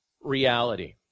reality